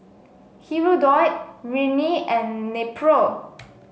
Hirudoid Rene and Nepro